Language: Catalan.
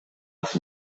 els